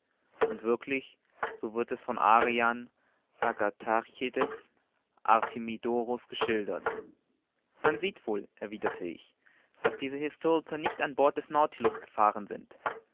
und wirklich so wird es von arrian agatharchides und artemidorus geschildert man sieht wohl erwiderte ich daß diese historiker nicht an bord des nautilus gefahren sind